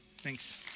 Thanks